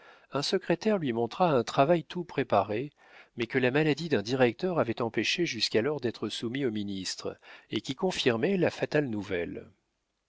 un secrétaire lui montra un travail tout préparé mais que la maladie d'un directeur avait empêché jusqu'alors d'être soumis au ministre et qui confirmait la fatale nouvelle